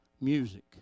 music